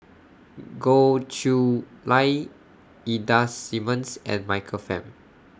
Goh Chiew Lye Ida Simmons and Michael Fam